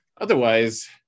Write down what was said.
Otherwise